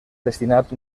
destinat